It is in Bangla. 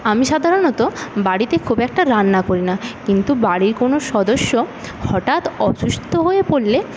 আমি সাধারণত বাড়িতে খুব একটা রান্না করি না কিন্তু বাড়ির কোন সদস্য হঠাৎ অসুস্থ হয়ে পড়লে